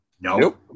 No